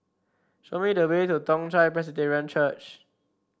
show me the way to Toong Chai Presbyterian Church